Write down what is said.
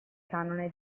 canone